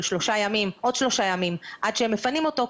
שלושה ימים עוד שלושה ימים עד שהם מפנים אותו,